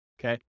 okay